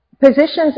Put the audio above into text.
positions